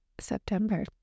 September